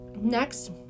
Next